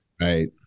Right